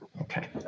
okay